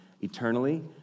eternally